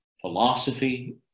philosophy